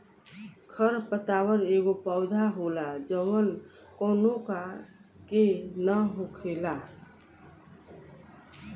खर पतवार एगो पौधा होला जवन कौनो का के न हो खेला